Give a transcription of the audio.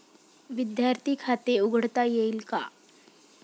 विद्यार्थी खाते उघडता येईल का?